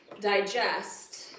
digest